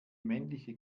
männliche